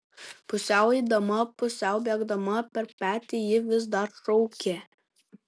pusiau eidama pusiau bėgdama per petį ji vis dar šaukė